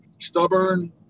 stubborn